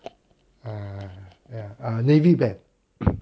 uh ya ah navy band